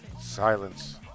Silence